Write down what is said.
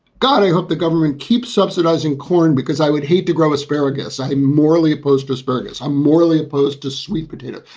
god, i hope the government keeps subsidizing corn because i would hate to grow asparagus. i am morally opposed to asparagus. i'm morally opposed to sweet potato.